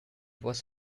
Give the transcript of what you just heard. was